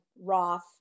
Roth